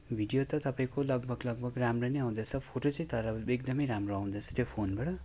video त तपाईँको लगभग लगभग राम्रै फोटो नै चल्दैथ्यो त्यो फोनमा हजुर मैले तर एकदमै राम्रो राम्रो आउँदो रहेछ त्यो फोनबाट